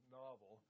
novel